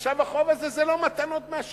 עכשיו, החוב הזה, זה לא מתנות מהשמים.